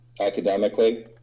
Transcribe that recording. academically